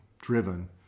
driven